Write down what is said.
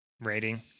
Rating